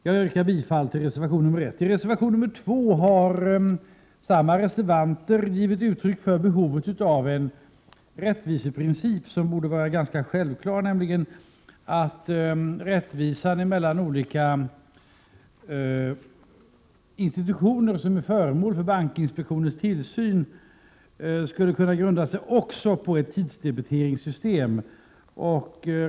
Jag yrkar bifall till reservation 1. I reservation 2 har samma reservanter givit uttryck för behovet av en rättviseprincip som borde vara ganska självklar, nämligen att rättvisan mellan olika institutioner som är föremål för bankinspektionens tillsyn skulle kunna grunda sig också på ett tidsdebiteringssystem.